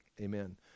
amen